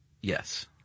Yes